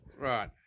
Right